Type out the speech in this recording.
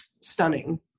stunning